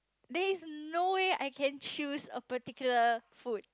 there is no way I can choose a particular food